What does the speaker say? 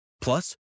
Plus